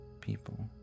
people